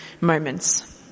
moments